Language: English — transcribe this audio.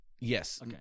Yes